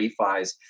refis